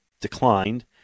declined